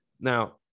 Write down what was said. Now